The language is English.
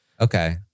Okay